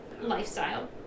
lifestyle